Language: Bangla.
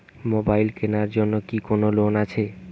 মোবাইল কেনার জন্য কি কোন লোন আছে?